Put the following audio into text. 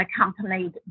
accompanied